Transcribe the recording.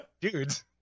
dudes